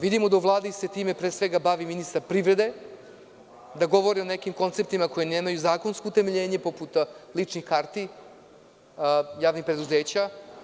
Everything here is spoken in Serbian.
Vidimo da se time u Vladi pre svega bavi ministar privrede, da govori o nekim konceptima koji nemaju zakonsko utemeljenje, poput ličnih karti javnih preduzeća.